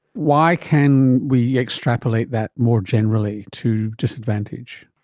why can we extrapolate that more generally to disadvantage?